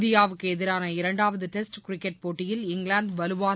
இந்தியாவுக்கு எதிரான இரண்டாவது டெஸ்ட் கிரிக்கெட் போட்டியில் இங்கிலாந்து வலுவான